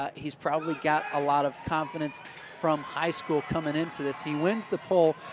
um he's probably gotten ah lots of confidence from high school coming into this. he wins the pole.